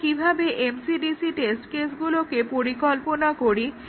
আমরা কিভাবে MCDC test কেসগুলোকে পরিকল্পনা করি